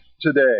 today